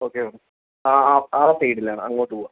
okay madam ആ ആ ആ സൈഡിൽ ആണ് അങ്ങോട്ട് പോവാം